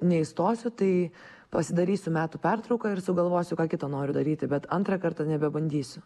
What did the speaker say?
neįstosiu tai pasidarysiu metų pertrauką ir sugalvosiu ką kito noriu daryti bet antrą kartą nebebandysiu